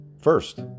First